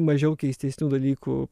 mažiau keistesnių dalykų